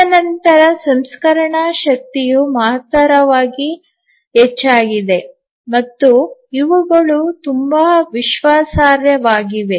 ತದನಂತರ ಸಂಸ್ಕರಣಾ ಶಕ್ತಿಯು ಮಹತ್ತರವಾಗಿ ಹೆಚ್ಚಾಗಿದೆ ಮತ್ತು ಇವುಗಳು ತುಂಬಾ ವಿಶ್ವಾಸಾರ್ಹವಾಗಿವೆ